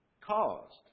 caused